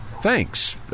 Thanks